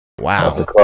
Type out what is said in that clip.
Wow